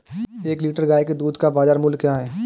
एक लीटर गाय के दूध का बाज़ार मूल्य क्या है?